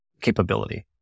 capability